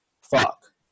fuck